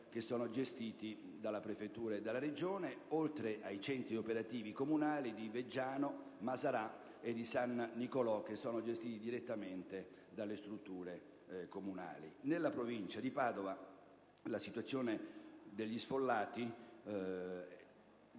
che sono gestiti dalla prefettura e dalla Regione, oltre ai centri operativi comunali di Veggiano, Maserà e di San Nicolò, che sono gestiti direttamente dalle strutture comunali. Nella provincia di Padova ci sono 870 sfollati